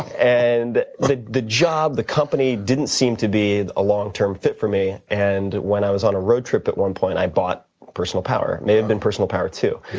and the the job, the company, didn't seem to be a long term fit for me, and when i was on a road trip at one point, i bought personal power. it may have been personal power two.